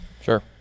Sure